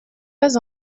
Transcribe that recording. pas